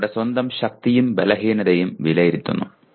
ഒരാളുടെ സ്വന്തം ശക്തിയും ബലഹീനതയും വിലയിരുത്തുന്നു